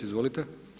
Izvolite.